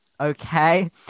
Okay